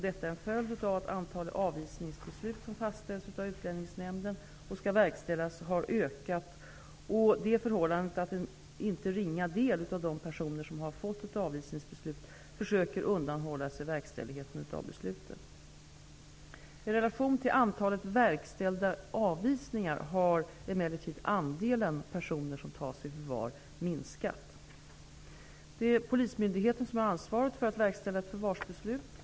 Detta är en följd av att antalet avvisningsbeslut som fastställts av Utlänningsnämnden och skall verkställas har ökat och det förhållandet att en inte ringa del av de personer som har fått avvisningsbeslut försöker undanhålla sig verkställigheten av beslutet. I relation till antalet verkställda avvisningar har emellertid andelen personer som tas i förvar minskat. Det är polismyndigheten som har ansvaret för att verkställa ett förvarsbeslut.